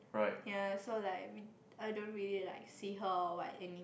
ya so like we I don't like really like see her or what anymore